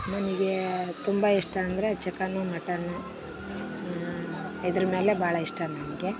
ನನಗೇ ತುಂಬ ಇಷ್ಟ ಅಂದರೆ ಚಿಕನು ಮಟನು ಇದ್ರ ಮೇಲೇ ಭಾಳ ಇಷ್ಟ ನಮಗೆ